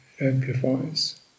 amplifies